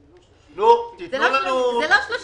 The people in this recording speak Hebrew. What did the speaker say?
הסכמנו ללכת במודל